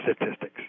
statistics